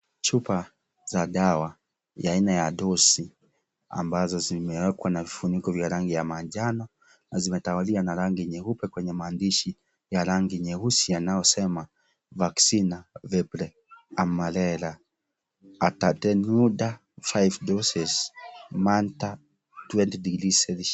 Chupa za dawa ya Aina ya dosi ambazo zimewekwa na vifuniko vya rangi ya manjano na zinatawalia na rangi nyeupe kwenye maandishi ya rangi nyeusi yanayosema "Vaccina Fibri Amarela" atatanruda 5 doses manta twenty degrees Celsius .